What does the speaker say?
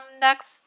next